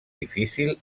difícil